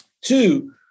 Two